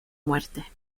muerte